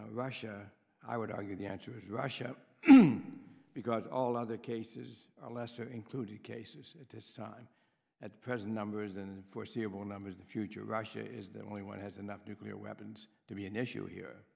russia i would argue the answer is russia because all other cases are lesser included cases at this time at present numbers and foreseeable numbers the future of russia is that only one has enough nuclear weapons to be an issue here